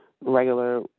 regular